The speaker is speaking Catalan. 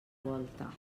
volta